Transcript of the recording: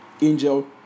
Angel